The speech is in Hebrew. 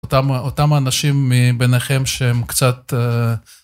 אותם האנשים מביניכם שהם קצת.